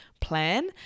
plan